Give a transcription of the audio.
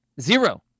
zero